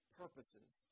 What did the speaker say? purposes